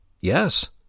Yes